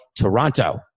Toronto